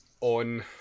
on